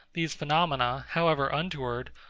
these phenomena, however untoward,